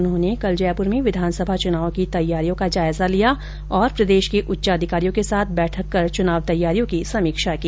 उन्होंने कल जयपुर में विधानसभा चुनाव की तैयारियों का जायजा लिया और प्रदेश के उच्चाधिकारियों के साथ बैठक कर चुनाव तैयारियों की समीक्षा की